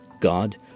God